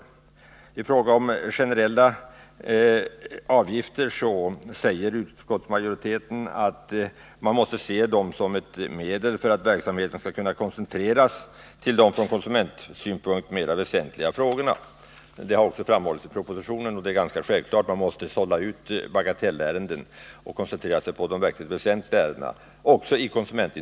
När det gäller generella avgifter säger utskottsmajoriteten att man måste betrakta dem som ett medel för att verksamheten skall kunna koncentreras på de från konsumentsynpunkt väsentligaste frågorna. Detta har också framhållits i propositionen. Det är självklart att man med tanke på konsumenterna måste sålla bort bagatellärenden och koncentrera sig på de väsentligaste ärendena.